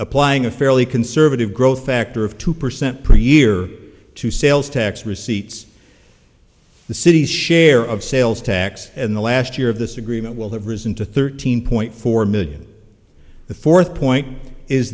applying a fairly conservative growth factor of two percent per year to sales tax receipts the city's share of sales tax in the last year of this agreement will have risen to thirteen point four million the fourth point is